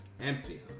Empty